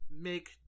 make